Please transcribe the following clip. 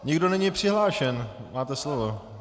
Nikdo není přihlášen, máte slovo.